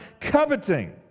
coveting